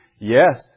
Yes